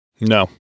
No